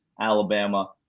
Alabama